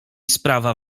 sprawa